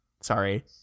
Sorry